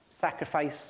sacrifice